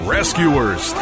Rescuers